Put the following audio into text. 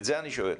את זה אני שואל.